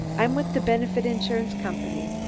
i'm with the benefit insurance company.